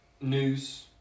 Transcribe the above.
news